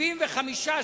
75%,